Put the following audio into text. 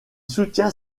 soutient